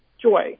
joy